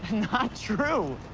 not true.